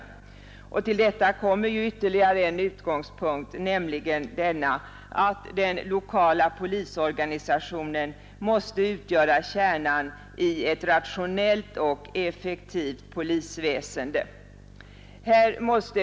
Till detta kommer ytterligare en utgångspunkt, nämligen att den lokala polisorganisationen måste utgöra kärnan i ett rationellt och effektivt polisväsende.